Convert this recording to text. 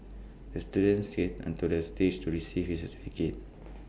the student skated onto the stage to receive his